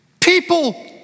People